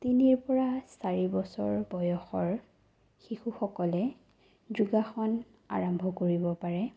তিনিৰ পৰা চাৰি বছৰ বয়সৰ শিশুসকলে যোগাসন আৰম্ভ কৰিব পাৰে